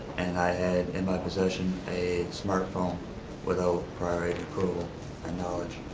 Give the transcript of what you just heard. and i had in my possession a smartphone without prior approval and knowledge,